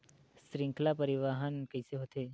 श्रृंखला परिवाहन कइसे होथे?